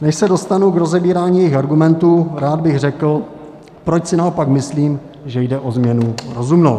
Než se dostanu k rozebírání jejích argumentů, rád bych řekl, proč si naopak myslím, že jde o změnu rozumnou.